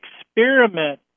Experiment